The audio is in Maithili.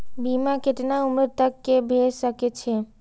बीमा केतना उम्र तक के भे सके छै?